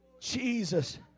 Jesus